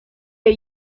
jej